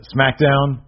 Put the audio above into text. SmackDown